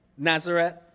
Nazareth